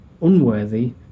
unworthy